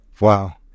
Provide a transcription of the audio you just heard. Wow